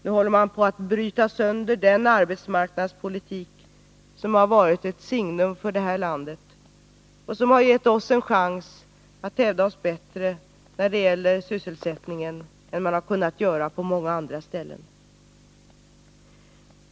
Nu håller man på att bryta sönder den arbetsmarknadspolitik som varit ett signum för det här landet och som har gett oss en chans att hävda oss bättre när det gäller sysselsättningen än man har kunnat göra på andra ställen.